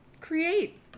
create